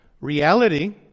reality